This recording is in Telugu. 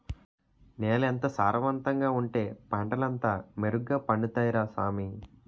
నేలెంత సారవంతంగా ఉంటే పంటలంతా మెరుగ్గ పండుతాయ్ రా సామీ